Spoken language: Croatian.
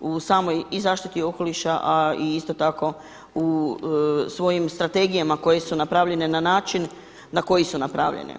u samoj i zaštiti okoliša a isto tako u svojim strategijama koje su napravljene na način na koji su napravljene.